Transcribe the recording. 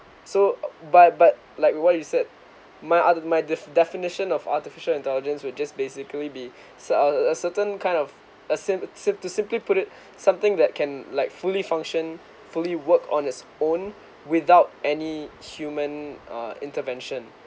so but but like what you said my other my def~ definition of artificial intelligence will just basically be su~ err a certain kind of uh sim~ sim~ to simply put it something that can like fully function fully work on its own without any human uh intervention